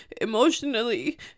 Emotionally